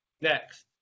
Next